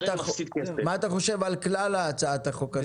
מה אתה חושב על כלל הצעת החוק?